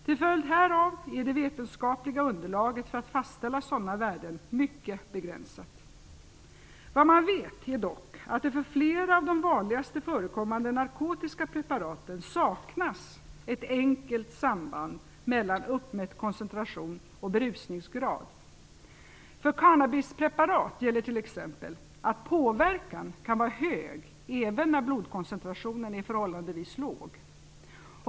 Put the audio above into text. Till följd härav är det vetenskapliga underlaget för att fastställa sådana värden mycket begränsat. Vad man vet är dock att det för flera av de vanligaste förekommande narkotiska preparaten saknas ett enkelt samband mellan uppmätt koncentration och berusningsgrad. För cannabispreparat gäller t.ex. att påverkan kan vara hög även när blodkoncentrationen är förhållandevis låg.